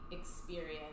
experience